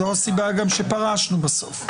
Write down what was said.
זו הסיבה גם שפרשנו בסוף.